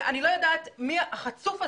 אני לא יודעת מי החצוף הזה,